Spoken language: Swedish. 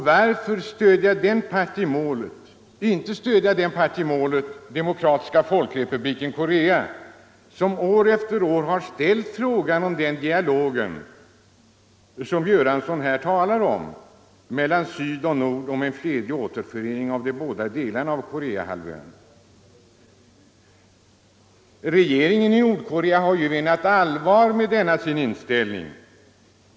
Varför inte stödja den part i målet, Demokratiska folkrepubliken Korea, som år efter år har ställt frågan om den dialog som herr Göransson här talar om mellan syd och nord om en fredlig återförening av de båda delarna av Koreahalvön? Regeringen i Nordkorea har ju menat allvar med sin inställning.